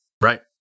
Right